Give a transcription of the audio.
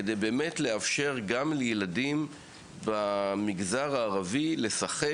כדי לאפשר גם לילדים במגזר הערבי לשחק